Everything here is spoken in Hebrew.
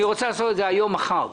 אני רוצה לעשות את זה היום, מחר.